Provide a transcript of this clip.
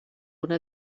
una